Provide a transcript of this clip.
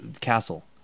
castle